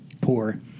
poor